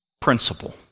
principle